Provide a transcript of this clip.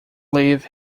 live